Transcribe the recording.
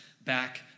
back